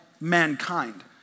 mankind